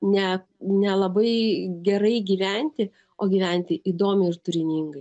ne ne labai gerai gyventi o gyventi įdomiai ir turiningai